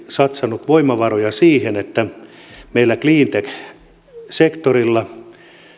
satsannut voimavaroja siihen että meillä cleantech sektorilla